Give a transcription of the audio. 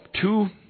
two